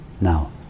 Now